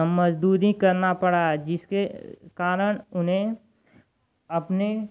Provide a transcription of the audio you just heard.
मज़दूरी करनी पड़ी जिसके कारण उन्हें अपने